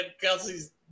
Kelsey's